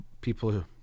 people